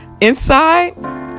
inside